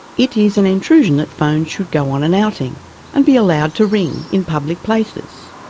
it is an intrusion that phones should go on an outing and be allowed to ring in public places.